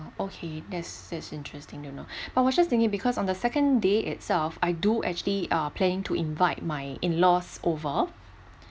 okay that's that's interesting to know I was just thinking because on the second day itself I do actually are planning to invite my in laws over